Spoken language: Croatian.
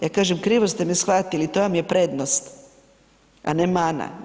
Ja kažem krivo ste me shvatili, to vam je prednost, a ne mana.